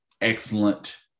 excellent